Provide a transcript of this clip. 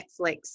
Netflix